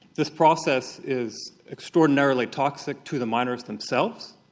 this process is extraordinarily toxic to the miners themselves.